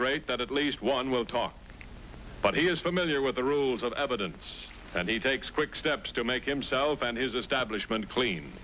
great that at least one will talk but he is familiar with the rules of evidence and he takes quick steps to make himself and his